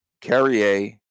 Carrier